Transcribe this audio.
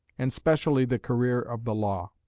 and specially the career of the law.